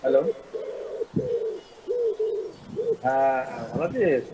hello হ্যাঁ ভালো আছিস